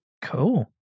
Cool